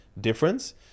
difference